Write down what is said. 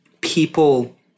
people